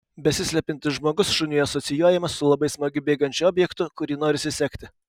besislepiantis žmogus šuniui asocijuojamas su labai smagiu bėgančiu objektu kurį norisi sekti